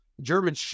German